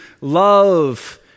love